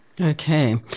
Okay